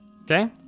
Okay